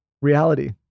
Reality